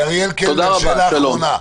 אריאל קלנר, שאלה אחרונה.